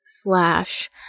slash